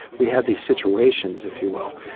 we have these situations, if you will,